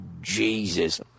Jesus